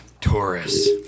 Taurus